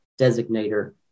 designator